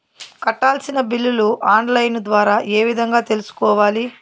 కట్టాల్సిన బిల్లులు online ద్వారా ఏ విధంగా తెలుసుకోవాలి?